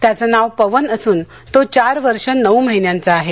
त्याचं नाव पवन असून तो चार वर्ष नऊ महिन्यांचा आहे